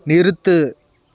நிறுத்து